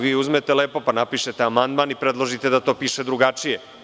Vi uzmete lepo, pa napišete amandman i predložite da to piše drugačije.